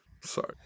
sorry